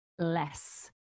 less